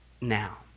now